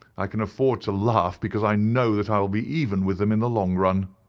i can afford to laugh, because i know that i will be even with them in the long run.